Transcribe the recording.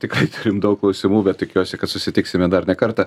tikrai turim daug klausimų bet tikiuosi kad susitiksime dar ne kartą